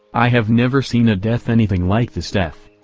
i have never seen a death anything like this death.